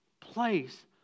place